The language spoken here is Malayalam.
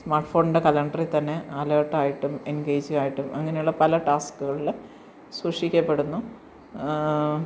സ്മാർട്ട് ഫോണിൻ്റെ കലണ്ടറിൽത്തന്നെ അലേട്ട് ആയിട്ടും എൻഗേജിയായിട്ടും അങ്ങനെയുള്ള പല ടാസ്ക്കുകളിൽ സൂക്ഷിക്കപ്പെടുന്നു പിന്നെന്താണ്